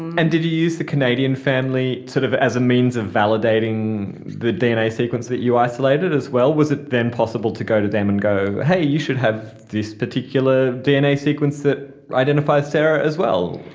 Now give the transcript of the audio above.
and did you use the canadian family sort of as a means of validating the dna sequence that you isolated as well? was it then possible to go to them and go, hey, you should have this particular dna sequence that identifies sarah as well?